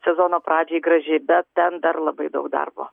sezono pradžiai graži bet ten dar labai daug darbo